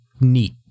neat